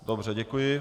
Dobře, děkuji.